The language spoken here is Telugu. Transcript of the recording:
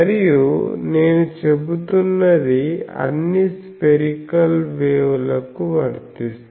మరియు నేను చెబుతున్నది అన్ని స్పెరికల్ వేవ్ లకు వర్తిస్తుంది